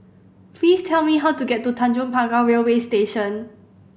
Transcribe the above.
please tell me how to get to Tanjong Pagar Railway Station